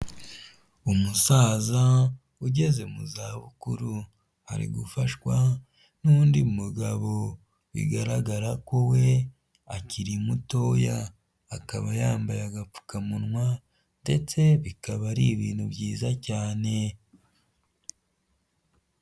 Umusaza ugeze mu za bukuru ari gufashwa n'undi mugabo bigaragara ko we akiri mutoya akaba yambaye agapfukamunwa ndetse bikaba ari ibintu byiza cyane.